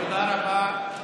תודה רבה.